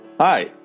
Hi